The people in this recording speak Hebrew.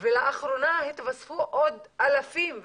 ולאחרונה התווספו עוד אלפים,